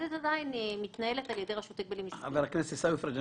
יש הרבה מאוד שיתוף פעולה.